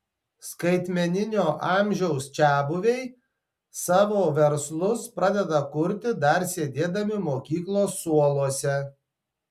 skaitmeninio amžiaus čiabuviai savo verslus pradeda kurti dar sėdėdami mokyklos suoluose